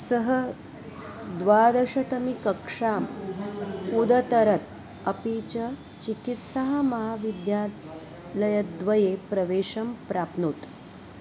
सः द्वादशीकक्षाम् उतरत् अपि च चिकित्सा महाविद्यालयद्वये प्रवेशं प्राप्नोत्